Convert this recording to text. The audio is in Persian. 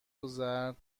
زرد